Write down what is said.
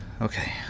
Okay